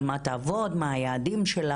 על מה היא תעבוד, מה היעדים שלה.